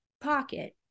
pocket